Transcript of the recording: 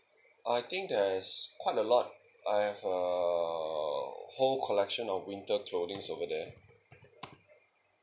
I think there's quite a lot I have a whole collection of winter clothings over there